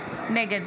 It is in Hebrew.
נגד